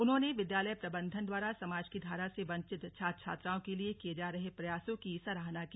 उन्होंने विद्यालय प्रबन्धन द्वारा समाज की धारा से वंचित छात्र छात्राओं के लिए किये जा रहे प्रयासों की सराहना की